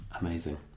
Amazing